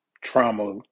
trauma